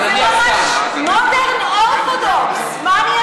נניח סתם,